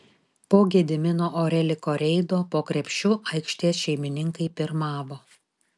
po gedimino oreliko reido po krepšiu aikštės šeimininkai pirmavo